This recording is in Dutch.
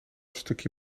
stukje